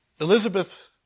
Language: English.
Elizabeth